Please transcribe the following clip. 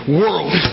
world